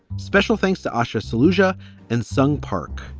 special thanks to asha, saluda and sung park.